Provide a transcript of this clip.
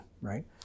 right